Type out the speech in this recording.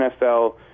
NFL